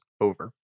over